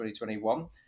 2021